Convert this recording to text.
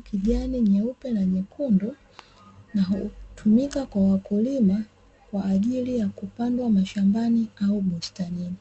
kijani, njano nyeupe na nyekundu. Hutumika kwa wakulima kwa ajili ya kupandwa mashambani au bustanini.